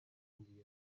دیگه